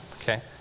okay